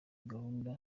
gahunda